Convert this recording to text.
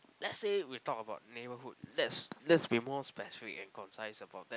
let's say we talk about neighborhood let's let's be more specific and concise about that